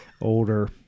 older